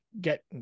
get